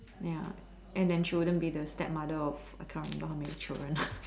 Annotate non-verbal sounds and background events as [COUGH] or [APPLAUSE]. ya and then she wouldn't be the stepmother of a count but how many children [BREATH]